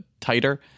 tighter